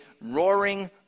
roaring